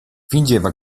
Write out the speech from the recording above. fingeva